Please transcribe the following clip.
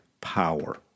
power